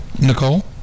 Nicole